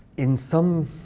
in some